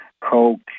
coke